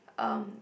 um